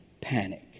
panic